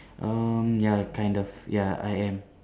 um ya kind of ya I am